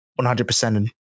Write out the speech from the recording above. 100%